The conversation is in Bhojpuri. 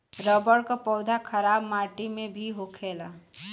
रबर क पौधा खराब माटी में भी होखेला